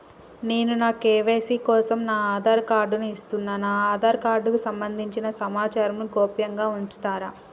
నేను నా కే.వై.సీ కోసం నా ఆధార్ కార్డు ను ఇస్తున్నా నా ఆధార్ కార్డుకు సంబంధించిన సమాచారంను గోప్యంగా ఉంచుతరా?